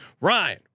Ryan